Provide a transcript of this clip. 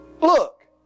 Look